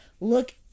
Look